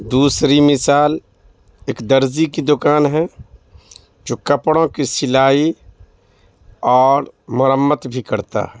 دوسری مثال ایک درزی کی دکان ہے جو کپڑوں کی سلائی اور مرمت بھی کرتا ہے